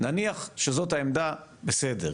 נניח שזאת העמדה, בסדר,